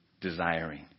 desiring